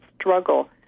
struggle